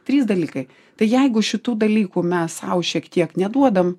trys dalykai tai jeigu šitų dalykų mes sau šiek tiek neduodam